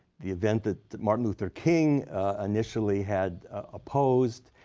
the event that martin luther king initially had opposed.